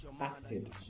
acid